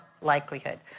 likelihood